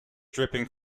dripping